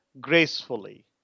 gracefully